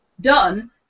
done